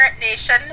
Nation